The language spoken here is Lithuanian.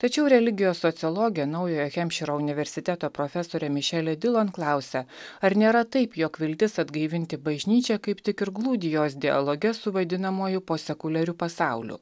tačiau religijos sociologė naujojo hempšyro universiteto profesorė mišelė dilon klausia ar nėra taip jog viltis atgaivinti bažnyčią kaip tik ir glūdi jos dialoge su vadinamuoju posekuliariu pasauliu